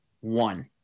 One